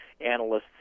analysts